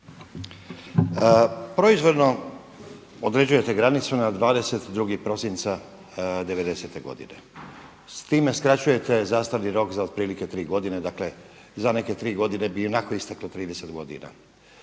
Proizvoljno određujete granicu na 22. prosinca '90. godine. S time skraćujete zastarni rok za otprilike tri godine, dakle za neke tri godine bi ionako isteklo 30 godina.